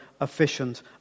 efficient